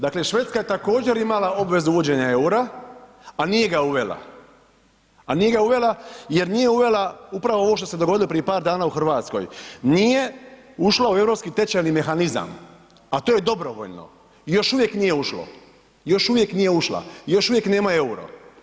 Dakle Švedska je također imala obvezu uvođenja eura a nije ga uvela, a nije ga uvela jer nije uvela upravo ovo što se dogodilo prije par dana u Hrvatskoj, nije ušla u europski tečajni mehanizam a to je dobrovoljno i još uvijek nije ušlo, još uvijek nije ušla i još uvijek nema euro.